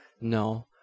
no